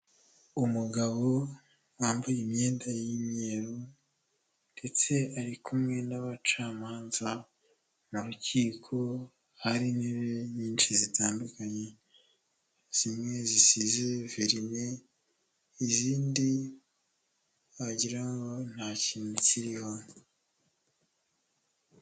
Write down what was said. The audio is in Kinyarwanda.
Umugabo wambaye imyenda y'imyeru ndetse ari kumwe n'abacamanza mu rukiko, hari intebe nyinshi zitandukanye, zimwe zisize verini, izindi wagira ngo nta kintu kiriho.